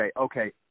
okay